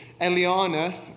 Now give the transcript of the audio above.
Eliana